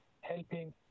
helping